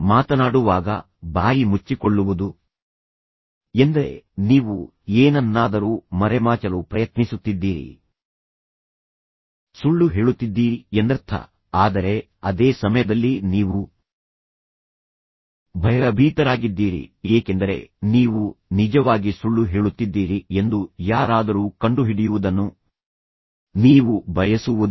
ಮಾತನಾಡುವಾಗ ಬಾಯಿ ಮುಚ್ಚಿಕೊಳ್ಳುವುದು ಎಂದರೆ ನೀವು ಏನನ್ನಾದರೂ ಮರೆಮಾಚಲು ಪ್ರಯತ್ನಿಸುತ್ತಿದ್ದೀರಿ ಸುಳ್ಳು ಹೇಳುತ್ತಿದ್ದೀರಿ ಎಂದರ್ಥ ಆದರೆ ಅದೇ ಸಮಯದಲ್ಲಿ ನೀವು ಭಯಭೀತರಾಗಿದ್ದೀರಿ ಏಕೆಂದರೆ ನೀವು ನಿಜವಾಗಿ ಸುಳ್ಳು ಹೇಳುತ್ತಿದ್ದೀರಿ ಎಂದು ಯಾರಾದರೂ ಕಂಡುಹಿಡಿಯುವುದನ್ನು ನೀವು ಬಯಸುವುದಿಲ್ಲ